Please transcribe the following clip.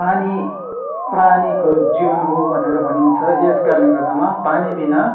पानी प्राणीको जीवन हो भनेर भनिन्छ यस कारणले गर्दामा पानी बिना